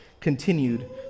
continued